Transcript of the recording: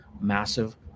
massive